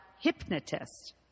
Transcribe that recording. hypnotist